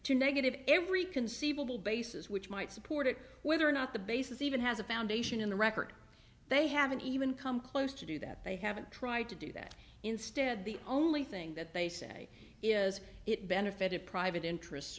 to negative every conceivable basis which might support it whether or not the basis even has a foundation in the record they haven't even come close to do that they haven't tried to do that instead the only thing that they say is it benefited private interests